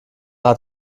hat